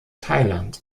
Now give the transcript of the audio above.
thailand